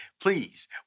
Please